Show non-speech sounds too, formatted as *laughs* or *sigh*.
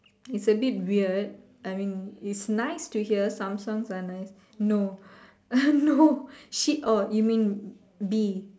is a bit weird I mean it's nice to hear some songs are nice no uh *laughs* no she orh you mean B